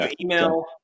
Email